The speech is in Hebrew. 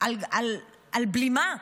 על בלימה,